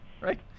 Right